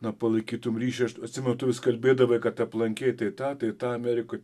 na palaikytum ryšį aš atsimenu tu vis kalbėdavai kad aplankei tai tą tai tą amerikoj